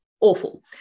awful